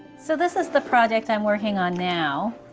so this is the project i'm working on now,